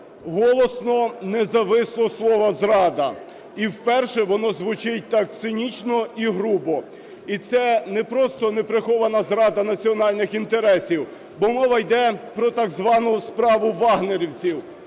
голосно не зависло слово "зрада", і вперше воно звучить так цинічно і грубо. І це не просто не прихована зрада національних інтересів, бо мова йде про так звану справу "вагнерівців",